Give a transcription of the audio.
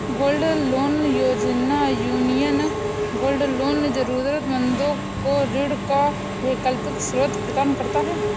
gold loan योजना, union gold loan जरूरतमंदों को ऋण का वैकल्पिक स्रोत प्रदान करता है